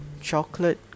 chocolate